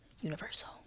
universal